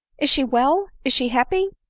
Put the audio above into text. is she well? is she happy?